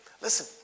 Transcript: Listen